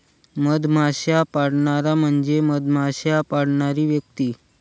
मधमाश्या पाळणारा म्हणजे मधमाश्या पाळणारी व्यक्ती